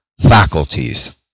faculties